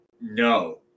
no